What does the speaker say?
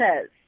says